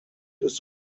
ist